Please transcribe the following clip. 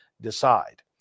decide